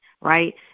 right